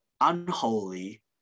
unholy